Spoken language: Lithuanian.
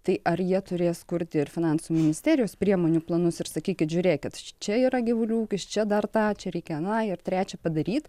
tai ar jie turės kurti ir finansų ministerijos priemonių planus ir sakykit žiūrėkit čia yra gyvulių ūkis čia dar tą pačią reikia na ir trečią padaryti